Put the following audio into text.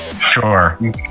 Sure